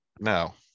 No